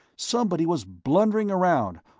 somebody was blundering around,